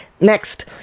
Next